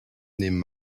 nehmen